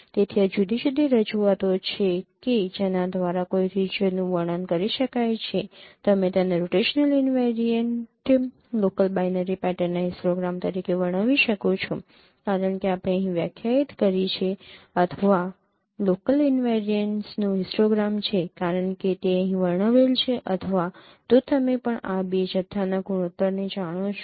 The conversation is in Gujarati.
તેથી આ જુદી જુદી રજૂઆતો છે કે જેના દ્વારા કોઈ રિજિયનનું વર્ણન કરી શકાય છે તમે તેને રોટેશનલ ઈનવેરિયન્ટ લોકલ બાઈનરી પેટર્નના હિસ્ટોગ્રામ તરીકે વર્ણવી શકો છો કારણ કે આપણે અહીં વ્યાખ્યાયિત કરી છે અથવા લોકલ ઇનવેરિયન્સનો હિસ્ટોગ્રામ છે કારણ કે તે અહીં વર્ણવેલ છે અથવા તો તમે પણ આ બે જથ્થાના ગુણોત્તરને જાણો છો